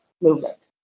movement